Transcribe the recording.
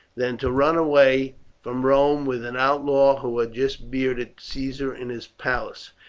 than to run away from rome with an outlaw who had just bearded caesar in his palace.